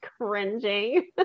cringing